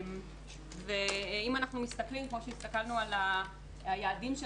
אם אנחנו מסתכלים כמו שהסתכלנו על היעדים של